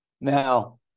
Now